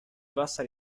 bassa